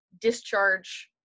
discharge